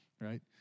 right